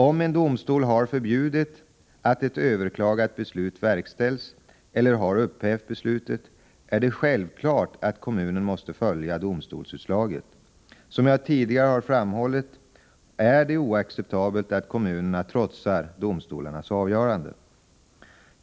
Om en domstol har förbjudit att ett överklagat beslut verkställs eller har upphävt beslutet, är det självklart att kommunen måste följa domstolsutslaget. Som jag tidigare har framhållit är det oacceptabelt att kommunerna trotsar domstolarnas avgöranden.